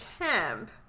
camp